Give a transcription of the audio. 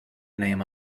name